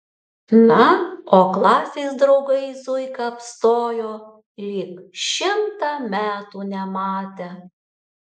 na o klasės draugai zuiką apstojo lyg šimtą metų nematę